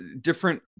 different